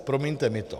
Promiňte mi to.